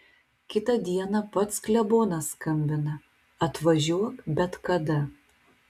kitą dieną pats klebonas skambina atvažiuok bet kada